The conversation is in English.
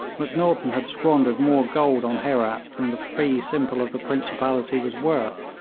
macnaghten had squandered more gold on herat than the fee-simple of the principality was worth,